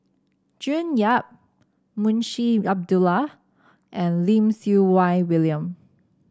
June Yap Munshi Abdullah and Lim Siew Wai William